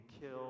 kill